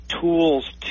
tools